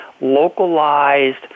localized